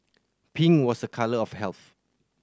pink was a colour of health